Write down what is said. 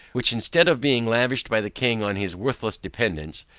which instead of being lavished by the king on his worthless dependents,